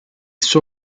suo